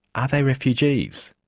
are they refugees?